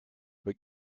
but